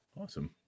Awesome